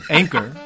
anchor